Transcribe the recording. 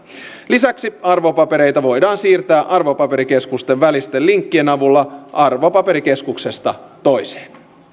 lisäksi arvopapereita voidaan siirtää arvopaperikeskusten välisten linkkien avulla arvopaperikeskuksesta toiseen